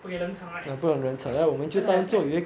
不给冷场 right cannot have that